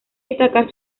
destacar